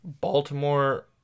baltimore